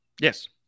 Yes